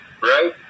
right